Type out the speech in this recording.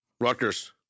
Rutgers